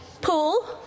pool